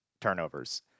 turnovers